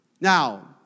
Now